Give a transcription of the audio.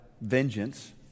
vengeance